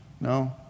No